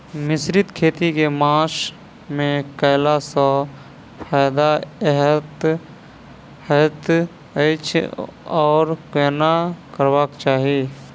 मिश्रित खेती केँ मास मे कैला सँ फायदा हएत अछि आओर केना करबाक चाहि?